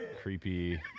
creepy